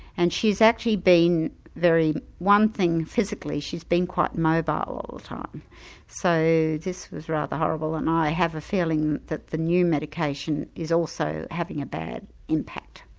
and she's actually been one thing physically she's been quite mobile all the time so this was rather horrible and i have a feeling that the new medication is also having a bad impact.